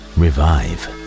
revive